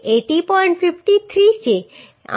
53 છે અને ryy 28